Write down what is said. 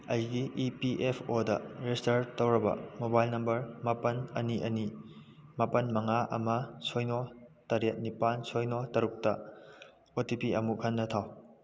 ꯑꯩꯒꯤ E P F ꯑꯣꯗ register ꯇꯧꯔꯕ ꯃꯣꯕꯥꯏꯜ ꯅꯝꯕꯔ ꯃꯥꯄꯜ ꯑꯅꯤ ꯑꯅꯤ ꯃꯥꯄꯜ ꯃꯉꯥ ꯑꯃ ꯁꯤꯅꯣ ꯇꯔꯦꯠ ꯅꯤꯄꯥꯜ ꯁꯤꯅꯣ ꯇꯔꯨꯛꯇ ꯑꯣ ꯇꯤ ꯄꯤ ꯑꯃꯨꯛ ꯍꯟꯅ ꯊꯥꯎ